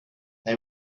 they